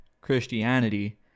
Christianity